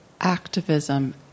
activism